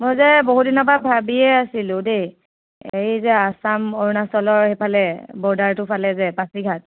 মই যে বহুত দিনৰ পা ভাবিয়ে আছিলোঁ দেই এই যে আসাম অৰুণাচলৰ সেইফালে বৰ্ডাৰটোৰ ফালে যে পাচিঘাট